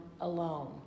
alone